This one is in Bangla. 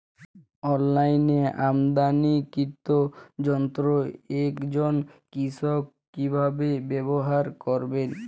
অনলাইনে আমদানীকৃত যন্ত্র একজন কৃষক কিভাবে ব্যবহার করবেন?